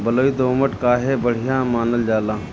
बलुई दोमट काहे बढ़िया मानल जाला?